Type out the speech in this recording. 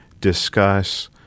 discuss